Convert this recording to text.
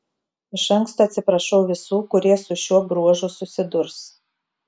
iš anksto atsiprašau visų kurie su šiuo bruožu susidurs